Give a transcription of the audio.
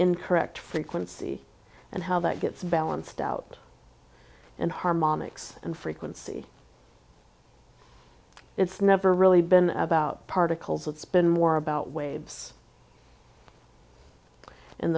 incorrect frequency and how that gets balanced out in harmonics and frequency it's never really been about particles it's been more about waves